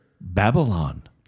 Babylon